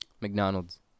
McDonald's